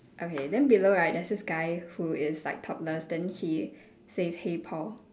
okay then below right there's this guy who is like topless then he says hey paul